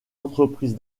entreprise